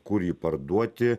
kur jį parduoti